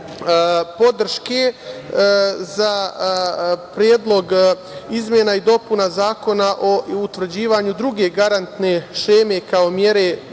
podrške za Predlog izmena i dopuna Zakona o utvrđivanju druge garantne šeme kao mere